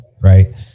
right